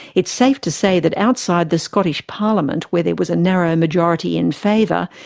it's safe to say that outside the scottish parliament, where there was a narrow majority in favour,